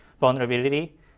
vulnerability